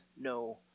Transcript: no